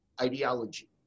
ideology